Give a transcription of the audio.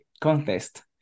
contest